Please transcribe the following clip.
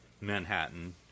Manhattan